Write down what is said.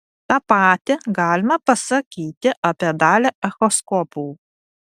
tą patį galima pasakyti apie dalį echoskopų